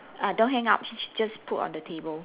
ah don't hang up j~ just put on the table